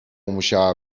musiała